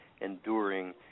enduring